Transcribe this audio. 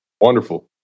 Wonderful